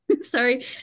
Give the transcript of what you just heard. sorry